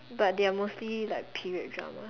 but they are mostly like period dramas